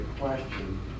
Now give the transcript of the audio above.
question